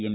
M